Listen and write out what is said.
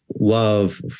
love